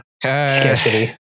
scarcity